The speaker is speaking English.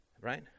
Right